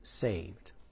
saved